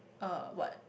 uh what